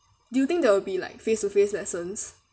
do you think there'll be like face to face lessons